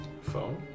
Phone